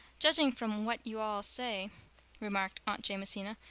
judging from what you all, say remarked aunt jamesina,